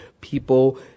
People